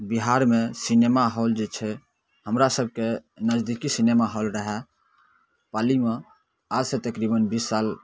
बिहारमे सिनेमाहॉल जे छै हमरा सभके नजदीकी सिनेमाहॉल रहै पालीमे आजसँ तकरीबन बीस साल